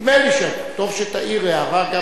נדמה לי שטוב שתעיר הערה גם